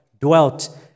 dwelt